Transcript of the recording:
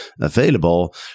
available